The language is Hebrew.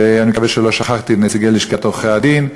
ואני מקווה שלא שכחתי את נציגי לשכת עורכי-הדין,